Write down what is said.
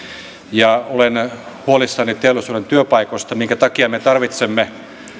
ja olen huolissani teollisuuden työpaikoista minkä takia me tarvitsemme